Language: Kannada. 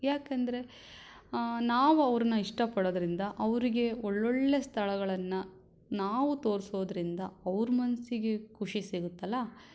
ಯಾಕಂದರೆ ನಾವು ಅವ್ರನ್ನ ಇಷ್ಟಪಡೋದರಿಂದ ಅವರಿಗೆ ಒಳ್ಳೊಳ್ಳೆಯ ಸ್ಥಳಗಳನ್ನು ನಾವು ತೋರಿಸೋದ್ರಿಂದ ಅವ್ರ ಮನಸ್ಸಿಗೆ ಖುಷಿ ಸಿಗುತ್ತಲ್ಲ